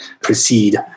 proceed